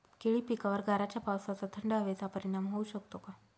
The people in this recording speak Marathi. केळी पिकावर गाराच्या पावसाचा, थंड हवेचा परिणाम होऊ शकतो का?